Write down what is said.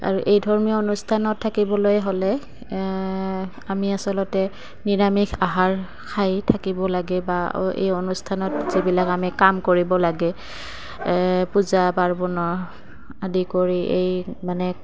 আৰু এই ধৰ্মীয় অনুষ্ঠানত থাকিবলৈ হ'লে আমি আচলতে নিৰামিষ আহাৰ খাই থাকিব লাগে বা এই অনুষ্ঠানত যিবিলাক আমি কাম কৰিব লাগে পূজা পাৰ্বণৰ আদি কৰি এই মানে